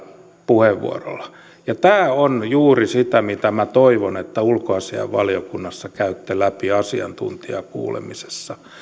puheenvuorolla ja tämä on juuri sitä mitä minä toivon että ulkoasiainvaliokunnassa käytte läpi asiantuntijakuulemisessa